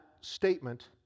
statement